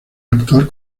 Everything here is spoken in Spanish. actual